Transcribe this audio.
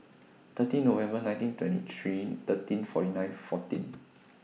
thirty November nineteen twenty three thirteen forty nine fourteen